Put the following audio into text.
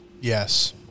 Yes